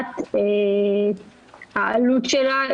מה עלות החוק?